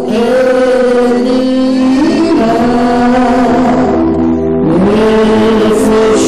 הישיבה הבאה תתקיים מחר, יום שלישי,